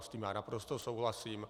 S tím já naprosto souhlasím.